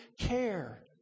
care